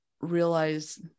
realize